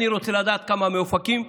אני רוצה לדעת כמה מאופקים,